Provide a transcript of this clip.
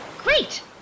Great